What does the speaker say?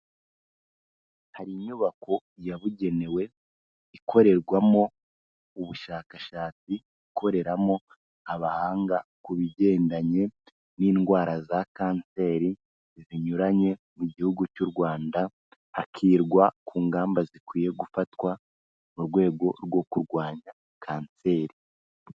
Hari inyubako yabugenewe ikorerwamo ubushakashatsi, ikoreramo abahanga ku bigendanye n'indwara za kanseri zinyuranye mu gihugu cy'u Rwanda, hakigwa ku ngamba zikwiye gufatwa mu rwego rwo kurwanya kanseri.